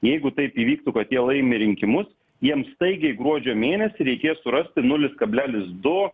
jeigu taip įvyktų kad jie laimi rinkimus jiems staigiai gruodžio mėnesį reikės surasti nulis kablelis du